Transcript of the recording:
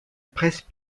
presse